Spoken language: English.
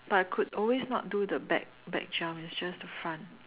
but I could always not do the back back jump it was just the front